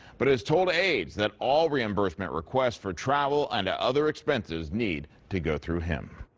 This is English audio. but has told aides that all reimbursement requests for travel and other expenses need to go through him.